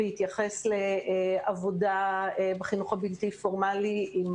בהתייחס לעבודה בחינוך הבלתי פורמלי עם